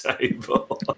table